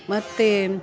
ಮತ್ತು